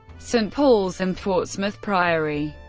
st. paul's and portsmouth priory